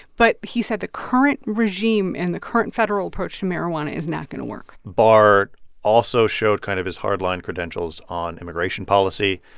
but he said the current regime and the current federal approach to marijuana is not going to work barr also showed kind of his hard-line credentials on immigration policy,